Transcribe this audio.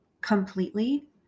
completely